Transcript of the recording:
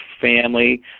family